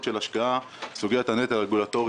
של השקעה זה סוגיית הנטל הרגולטורי.